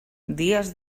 dies